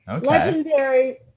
legendary